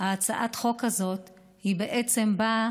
הצעת החוק הזאת באה